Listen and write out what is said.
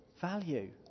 value